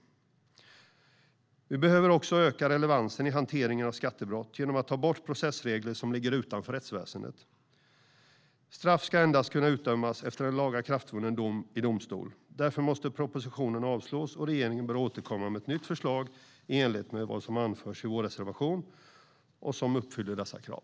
Vi behöver också öka relevansen i hanteringen av skattebrott genom att ta bort processregler som ligger utanför rättsväsendet. Straff ska endast kunna följa efter en lagakraftvunnen dom i domstol. Därför måste propositionen avslås. Regeringen bör återkomma med ett nytt förslag i enlighet med vad som anförs i vår reservation och som uppfyller dessa krav.